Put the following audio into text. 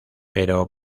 pero